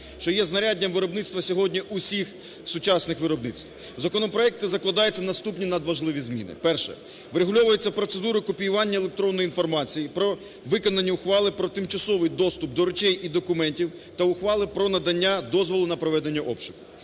що є знаряддям виробництва сьогодні усіх сучасних виробництв. В законопроекті закладаються наступні надважливі зміни, перше, врегульовується процедура копіювання електронної інформації про виконання ухвали про тимчасовий доступ до речей і документів та ухвали про надання дозволу на проведення обшуку.